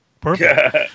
perfect